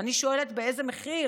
ואני שואלת: באיזה מחיר